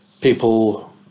people